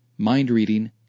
mind-reading